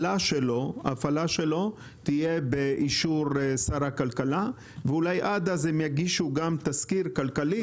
הפעלתו תהיה באישור שר הכלכלה ואולי עד אז הם יגישו גם תזכיר כלכלי?